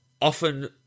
often